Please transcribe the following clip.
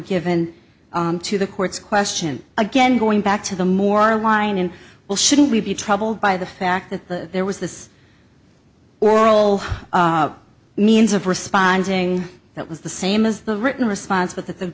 given to the court's question again going back to the moral line and will shouldn't we be troubled by the fact that there was this oral means of responding that was the same as the written response